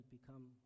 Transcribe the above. become